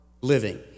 living